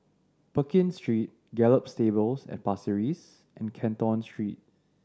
Pekin Street Gallop Stables at Pasir Ris and Canton Street